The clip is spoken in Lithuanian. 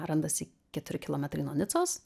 randasi keturi kilometrai nuo nicos